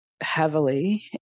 heavily